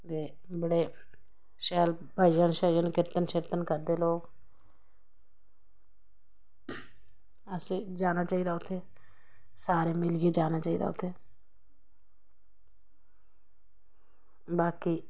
ते बड़े शैल भजन कीर्तन करदे लोग असें जाना चाही दा मिलियै जाना चाही दा उत्थें बाकी